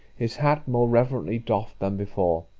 his hat more reverently doffed than before.